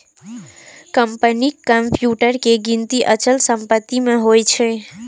कंपनीक कंप्यूटर के गिनती अचल संपत्ति मे होइ छै